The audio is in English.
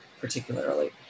particularly